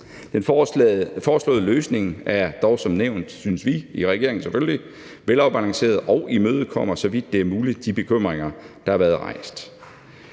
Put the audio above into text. Den foreslåede løsning er dog som nævnt, synes vi i regeringen selvfølgelig, velafbalanceret og imødekommer, så vidt det er muligt, de bekymringer, der har været rejst.